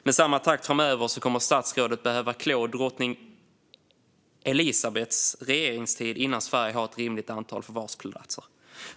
Med samma takt framöver kommer statsrådet att behöva klå drottning Elizabeths regeringstid innan Sverige har ett rimligt antal förvarsplatser.